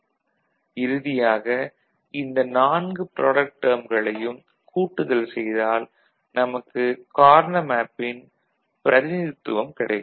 Y FABCD B'D' CD' A'B'C' ABC'D இறுதியாக இந்த 4 product டேர்ம்களையும் கூட்டுதல் செய்தால் நமக்கு கார்னா மேப்பின் பிரதிநிதித்துவம் கிடைக்கும்